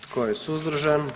Tko je suzdržan?